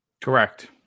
Correct